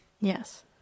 yes